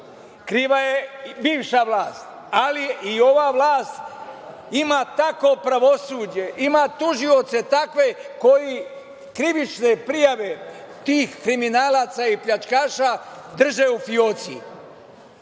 Kriva je bivša vlast, ali i ova vlast ima takvo pravosuđe, ima tužioce takve koji krivične prijave tih kriminalaca i pljačkaša drže u fioci.